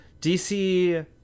DC